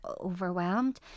overwhelmed